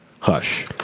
hush